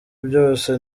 byose